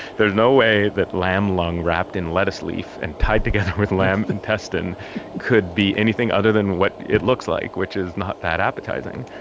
there's no way that lamb lung wrapped in lettuce leaf and tied together with lamb intestine could be anything other than what it looks like, which is not that appetizing.